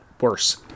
worse